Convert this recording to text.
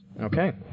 Okay